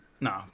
no